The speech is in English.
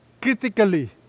critically